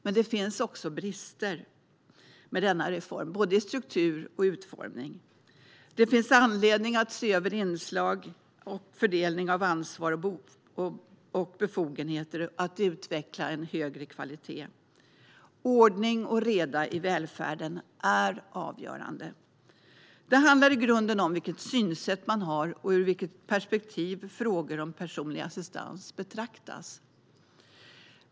Men det finns också brister med reformen vad gäller både struktur och utformning. Det finns anledning att se över inslag och fördelning av ansvar och befogenheter för att utveckla en högre kvalitet. Ordning och reda i välfärden är avgörande. Det handlar i grunden om vilket synsätt man har och ur vilket perspektiv frågor om personlig assistans betraktas.